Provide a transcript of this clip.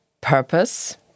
purpose